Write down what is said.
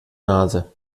nase